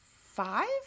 five